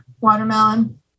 watermelon